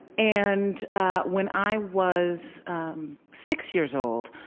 and when i was six years old,